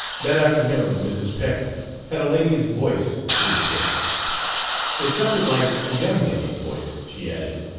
that afternoon mrs. peck had a lady's voice to report it sounded like a young lady's voice, she added.